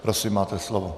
Prosím, máte slovo.